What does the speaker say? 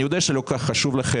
אני יודע שלא כל כך חשוב לכם,